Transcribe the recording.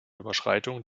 überschreitung